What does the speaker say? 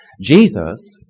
Jesus